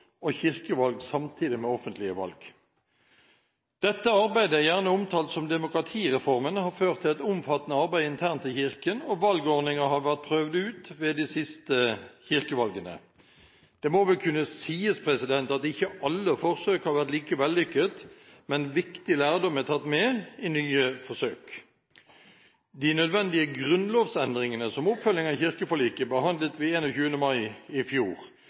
Dette arbeidet, gjerne omtalt som demokratireformen, har ført til et omfattende arbeid internt i Kirken, og valgordninger har vært prøvd ut ved de siste kirkevalgene. Det må vel kunne sies at ikke alle forsøk har vært like vellykket, men viktig lærdom er tatt med i nye forsøk. De nødvendige grunnlovsendringene som fulgte av kirkeforliket, behandlet vi 21. mai i fjor.